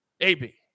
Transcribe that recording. AB